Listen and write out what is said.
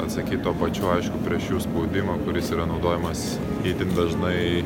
atsakyt tuo pačiu aišku prieš jų spaudimą kuris yra naudojamas itin dažnai